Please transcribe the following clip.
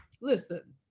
listen